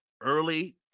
early